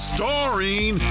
Starring